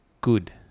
good